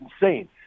insane